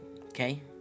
Okay